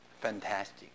fantastic